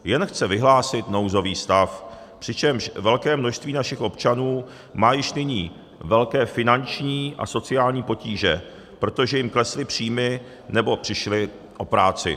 Jen chce vyhlásit nouzový stav, přičemž velké množství našich občanů má již nyní velké finanční a sociální potíže, protože jim klesly příjmy nebo přišli o práci.